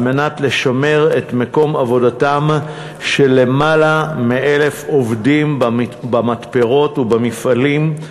על מנת לשמר את מקום עבודתם של למעלה מ-1,000 עובדים במתפרות ובמפעלים,